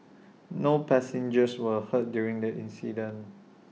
no passengers were hurt during the incident